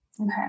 Okay